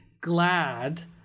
glad